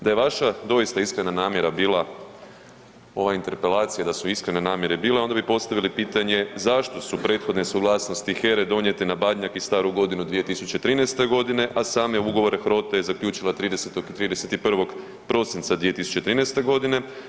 Da je vaša doista iskrena namjera bila, ova interpelacija da su iskrene namjere bile, onda bi postavili pitanje zašto su prethodne suglasnosti HER-e donijete na Badnjak i Staru godinu 2013. godine, a same ugovore HROTE je zaključila 30. i 31. prosinca 2013. godine.